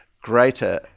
greater